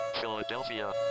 Philadelphia